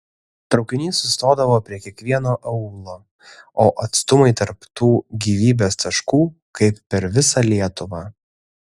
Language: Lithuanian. traukinys sustodavo prie kiekvieno aūlo o atstumai tarp tų gyvybės taškų kaip per visą lietuvą